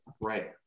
right